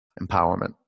empowerment